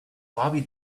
bobby